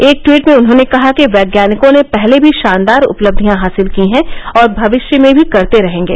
एक ट्वीट में उन्होंने कहा कि वैज्ञानिकों ने पहले भी शानदार उपलब्धिया हासिल की हैं और भविष्य में भी करते रहेंगे